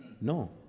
No